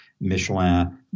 Michelin